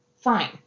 Fine